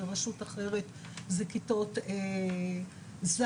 ברשות אחרת זה כיתות ז',